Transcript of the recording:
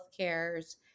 healthcare's